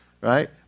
right